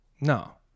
no